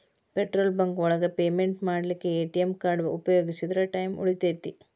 petrol bunk ಒಳಗ payment ಮಾಡ್ಲಿಕ್ಕೆ ATM card ಉಪಯೋಗಿಸಿದ್ರ ಟೈಮ್ ಉಳಿತೆತಿ